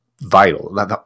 vital